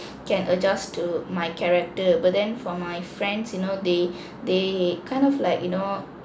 can adjust to my character but then for my friends you know they they kind of like you know